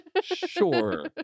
Sure